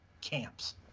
camps